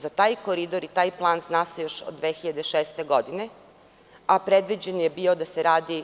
Za taj koridor i taj plan zna se još od 2006. godine, a predviđen je bio da se radi